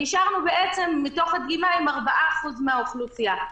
בעצם, מתוך הדגימה, נשארנו עם 4% מהאוכלוסייה.